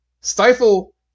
stifle